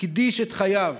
הקדיש את חייו